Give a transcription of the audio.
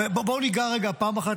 בואו ניגע רגע פעם אחת,